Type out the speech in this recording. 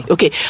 Okay